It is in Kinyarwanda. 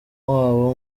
wabo